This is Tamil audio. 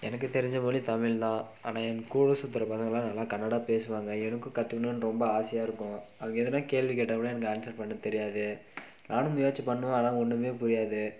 எனக்கு தெரிஞ்ச மொழி தமிழ் தான் ஆனால் என் கூட சுற்றுற பசங்கெலாம் நல்லா கன்னடா பேசுவாங்க எனக்கும் கற்றுக்கணுன்னு ரொம்ப ஆசையாக இருக்கும் அவங்க எதுனால் கேள்வி கேட்டால் கூட எனக்கு ஆன்சர் பண்ண தெரியாது நானும் முயற்சி பண்ணுவேன் ஆனால் ஒன்றுமே புரியாது